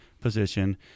position